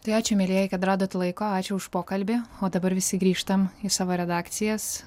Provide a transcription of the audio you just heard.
tai ačiū mielieji kad radot laiko ačiū už pokalbį o dabar visi grįžtam į savo redakcijas